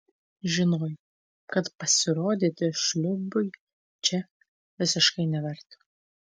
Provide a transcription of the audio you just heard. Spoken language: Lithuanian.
žinojo kad pasirodyti šlubiui čia visiškai neverta